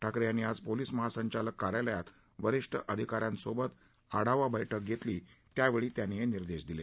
ठाकरे यांनी आज पोलीस महासंचालक कार्यालयात वरिष्ठ अधिकाऱ्यांसोबत आढावा बैठक घतेली त्यावेळी त्यांनी हे निर्देश दिले